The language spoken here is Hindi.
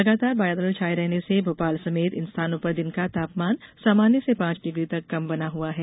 लगातार बादल छाए रहने से भोपाल समेत इन स्थानों पर दिन का तापमान सामान्य से पांच डिग्री तक कम बना हुआ है